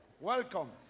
Welcome